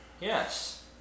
Yes